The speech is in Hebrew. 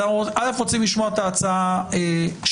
אז אנחנו רוצים לשמוע את ההצעה שלכם.